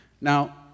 Now